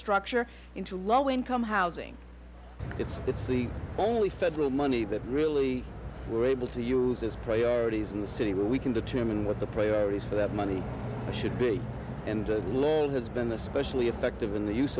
structure into low income housing it's it's the only federal money that really were able to use its priorities in the city we can determine what the priorities for the money should be and has been especially effective in the use